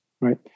right